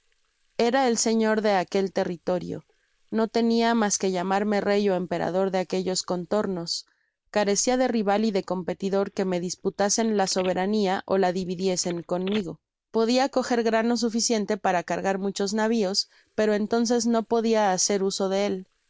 era el señor de aquel territorio no tenia mas que llamarme rey ó emperador de aquellos contornos carecia de rival y de competidor que me disputasen la soberania ó la dividiesen conmigo podia coger grano suficiente para cargar muchos navios pero entonces no podia hacer uso de él